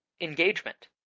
engagement